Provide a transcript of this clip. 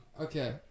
Okay